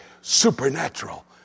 supernatural